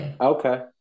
okay